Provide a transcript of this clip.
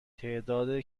تعداد